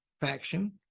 faction